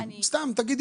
העלות